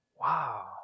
wow